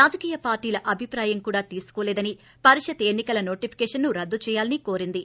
రాజకీయ పార్టీల అభిప్రాయం కూడా తీసుకోలేదని పరిషత్ ఎన్ని కల నోటిఫికేషన్ను రద్దు చేయాలని కోరింది